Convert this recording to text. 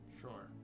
Sure